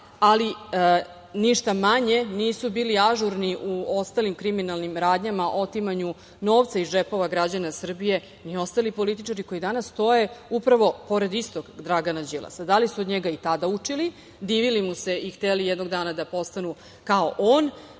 ali ništa manje nisu bili ažurni u ostalim kriminalnim radnjama, otimanju novca iz džepova građana Srbije, ni ostali političari koji danas stoje upravo pored istog Dragana Đilasa. Da li su od njega i tada učili, divili mu se i hteli jednog dana da postanu kao on,